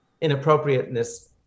inappropriateness